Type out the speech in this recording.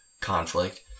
conflict